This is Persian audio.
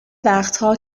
وقتها